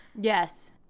yes